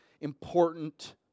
important